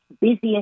busiest